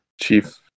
Chief